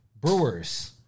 Brewers